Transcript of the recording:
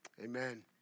Amen